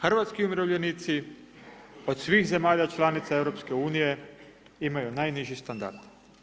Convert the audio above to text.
Hrvatski umirovljenici, od svih zemalja članica EU, imaju najniži standard.